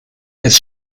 des